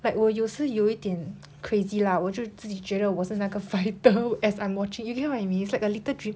like 我有时有一点 crazy lah 我就自己觉得我是那个 fighter as I'm watching you get what I mean it's like a little dream